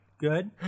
Good